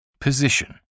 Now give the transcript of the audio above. position